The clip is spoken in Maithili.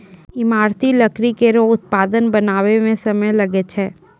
ईमारती लकड़ी केरो उत्पाद बनावै म समय लागै छै